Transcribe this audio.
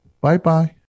Bye-bye